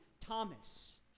Thomas